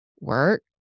work